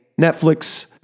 Netflix